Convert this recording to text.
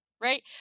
right